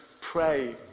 pray